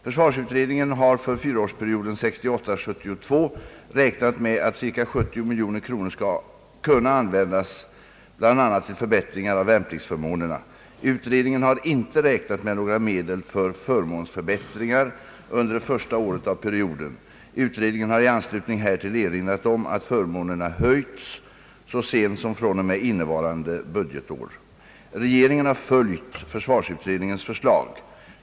Försvarsutredningen har för fyraårsperioden 1968—1972 räknat med att ca 70 milj.kr. skall kunna användas bl.a. till förbättringar av värnpliktsförmånerna. Utredningen har inte räknat med några medel för förmånsförbättringar under det första året av perioden. Utredningen har i anslutning härtill erinrat om att förmånerna höjts så sent som från och med innevarande budgetår. Regeringen har följt försvarsutredningens förslag.